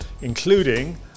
including